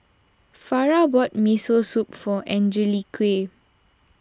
Farrah bought Miso Soup for Angelique